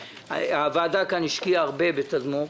הוועדה כאן השקיעה המון בתדמור.